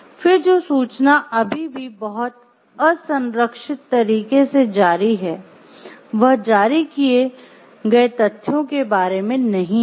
फिर जो सूचना अभी भी बहुत "असंरक्षित तरीके" से जारी है वह जारी किए गए तथ्यों के बारे में नहीं है